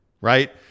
right